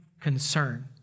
concern